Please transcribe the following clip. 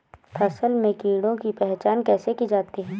फसल में कीड़ों की पहचान कैसे की जाती है?